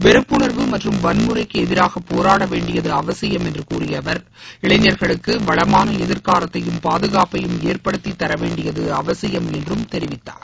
வெறுப்புணர்வு மற்றும் வன்முறைக்கு எதிராக போராடவேண்டியது அவசியம் என்று கூறிய அவர் இளைஞர்களுக்கு வளமான எதிர்காலத்தையும் பாதுகாப்பையும் ஏற்படுத்தி தரவேண்டியது அவசியம் என்றும் தெரிவித்தார்